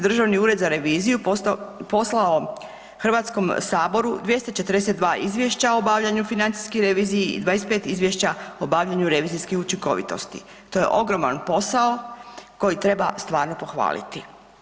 Državni ured za reviziju poslao HS-u 242 izvješća o obavljanju financijskih revizija, 25 izvješća o obavljanju revizijske učinkovitosti, to je ogroman posao koji treba stvarno pohvaliti.